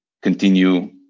continue